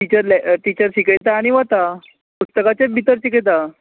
teacher ले teacher शिकयता आनी वता पुस्तकाचेच भितर शिकयता